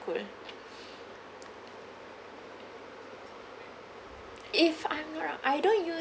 cool if I'm not wrong I don't use